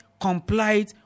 complied